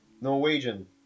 Norwegian